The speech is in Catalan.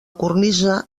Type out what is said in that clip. cornisa